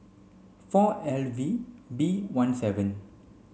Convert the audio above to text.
four L V B one seven